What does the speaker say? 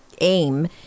aim